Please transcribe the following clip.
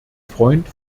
freund